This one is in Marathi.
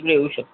नाही येऊ शकता